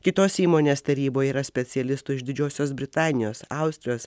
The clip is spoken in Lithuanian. kitos įmonės taryboje yra specialistų iš didžiosios britanijos austrijos